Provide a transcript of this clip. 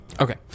Okay